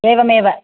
एवमेव